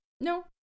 No